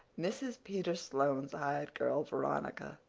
mrs. peter sloane's hired girl, veronica,